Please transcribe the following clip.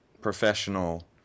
professional